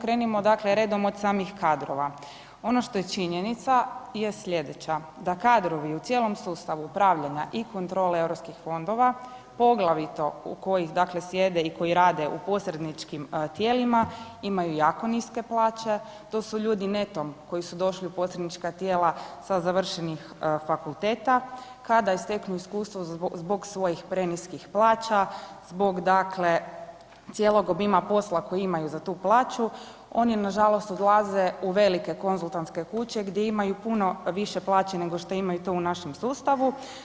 Krenimo dakle redom od samih kadrova, ono što je činjenica je slijedeća, da kadrovi u cijelom sustavu upravljanja i kontrole Europskih fondova, poglavito koji dakle sjedne i koji rade u posredničkim tijelima imaju jako niske plaće, to su ljudi netom koji su došli u posrednička tijela sa završenih fakulteta, kada steknu iskustvo zbog svojih preniskih plaća, zbog dakle cijelog obima posla koji imaju za tu plaću oni nažalost odlaze u velike konzultantske kuće gdje imaju puno više plaće nego što imaju to u našem sustavu.